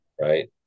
right